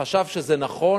חשב שזה נכון,